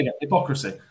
hypocrisy